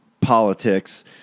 politics